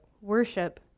worship